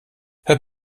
hört